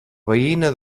veïna